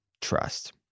trust